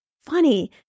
funny